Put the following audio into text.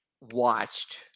watched